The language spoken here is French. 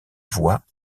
voix